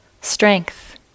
Strength